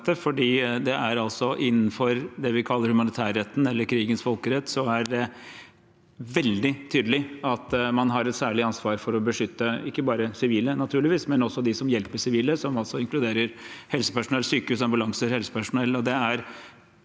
om dette. Innenfor det vi kaller humanitærretten eller krigens folkerett, er det veldig tydelig at man har et særlig ansvar for å beskytte ikke bare sivile, naturligvis, men også de som hjelper sivile, som inkluderer helsepersonell, sykehus og ambulansepersonell.